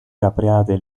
capriate